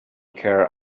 care